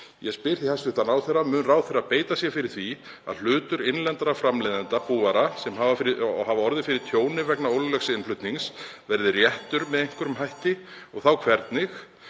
Ég spyr því hæstv. ráðherra: Mun ráðherra beita sér fyrir því að hlutur innlendra framleiðenda búvara, sem hafa orðið fyrir tjóni vegna ólöglegs innflutnings, verði réttur með einhverjum hætti og þá hvernig?